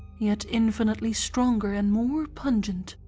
yet infinitely stronger and more pungent.